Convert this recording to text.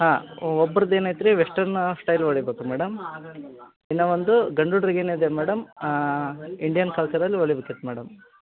ಹಾಂ ಒಬ್ರದ್ದು ಏನೈತೆ ರೀ ವೆಸ್ಟರ್ನ್ ಆಫ್ ಸ್ಟೈಲ್ ಹೊಡಿಬೇಕು ರೀ ಮೇಡಮ್ ಇನ್ನೂ ಒಂದು ಗಂಡು ಹುಡ್ಗ್ರಿಗೆ ಏನಿದೆ ಮೇಡಮ್ ಇಂಡಿಯನ್ ಕಲ್ಚರಲ್ ಒಲಿ ಬೇಕಿತ್ತು ಮೇಡಮ್